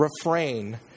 refrain